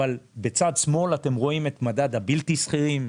בצד שמאל אתם רואים את מדד הבלתי שכירים